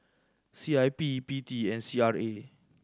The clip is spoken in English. C I P P T and C R A